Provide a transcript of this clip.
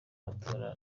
matora